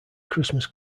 christmas